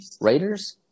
Raiders